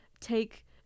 take